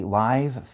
live